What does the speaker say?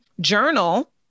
journal